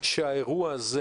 שהאירוע הזה